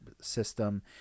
system